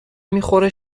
میخوره